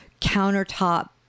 countertop